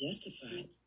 justified